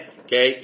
Okay